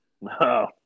No